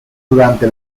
durante